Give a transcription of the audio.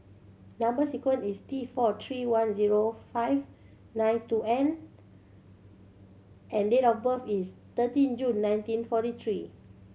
number sequence is T four three one zero five nine two N and date of birth is thirteen June nineteen forty three